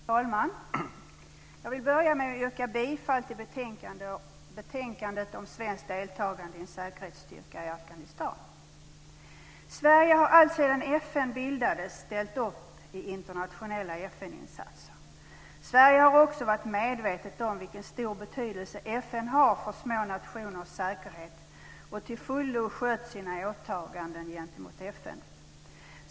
Herr talman! Jag vill börja med att yrka bifall till förslaget i betänkandet om svenskt deltagande i en säkerhetsstyrka i Afghanistan. Sverige har alltsedan FN bildades ställt upp i internationella FN-insatser. Sverige har också varit medvetet om vilken stor betydelse FN har för små nationers säkerhet och till fullo skött sina åtaganden gentemot FN.